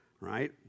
right